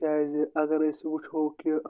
تِکیٛازِ اگر أسۍ وُچھو کہِ